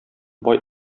бай